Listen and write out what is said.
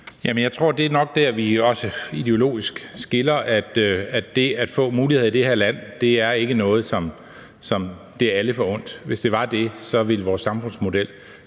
Jeg tror, at det nok er der, hvor vi ideologisk adskiller os; at få muligheder i det her land er ikke noget, som det er alle forundt. Hvis det var det, ville vores samfundsmodel